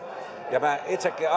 ja minä itsekin